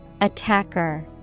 Attacker